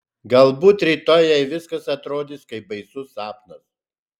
galbūt rytoj jai viskas atrodys kaip baisus sapnas